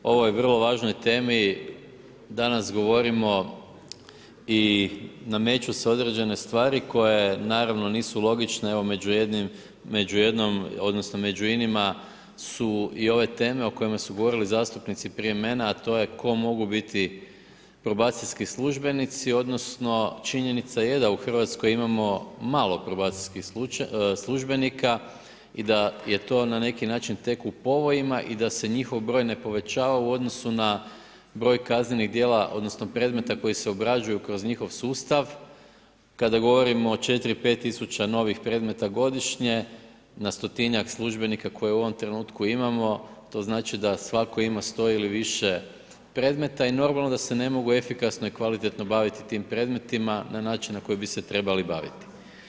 O ovoj vrlo važnoj temi danas govorimo i nameću se određene stvari koje naravno nisu logične, evo među jednom odnosno među inima su i ove teme o kojima su govorili zastupnici prije mene a to je tko mogu biti probacijski službenici odnosno činjenica je da u Hrvatskoj imamo malo probacijskih službenika i da je to na neki način tek u povojima i da se njihov broj ne povećava u odnosu na broj kaznenih djela odnosno predmeta koji se obrađuju kroz njihov sustav kada govorimo o 4-5 tisuća predmeta godišnje, na stotinjak službenika koje u ovom trenutku imamo, to znači da svako ima sto ili više predmeta i normalno da se ne mogu efikasno i kvalitetno baviti tih predmetima na način na koji bi se trebali baviti.